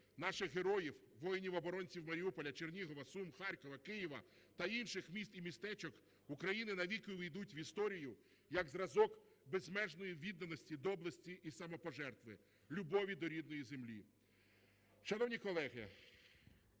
наших героїв воїнів-оборонців Маріуполя, Чернігова, Сум, Харкова, Києва та інших міст і містечок України навік увійдуть в історію як зразок безмежної відданості, доблесті і самопожертви, любові до рідної землі.